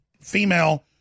female